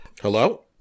Hello